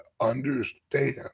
understand